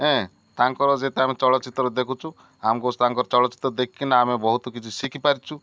ଏଁ ତାଙ୍କର ଯେତେବେଳେ ଆମେ ଚଳଚ୍ଚିତ୍ର ଦେଖୁଚୁ ଆମକୁ ତାଙ୍କର ଚଳଚ୍ଚିତ୍ର ଦେଖିକିନା ଆମେ ବହୁତ କିଛି ଶିଖିପାରିଛୁ